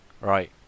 Right